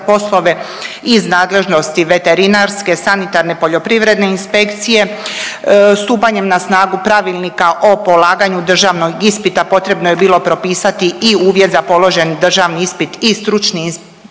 poslove iz nadležnosti veterinarske, sanitarne, Poljoprivredne inspekcije. Stupanjem na snagu Pravilnika o polaganju državnog ispita potrebno je bilo propisati i uvjet za položen državni ispit za